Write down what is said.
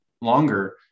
longer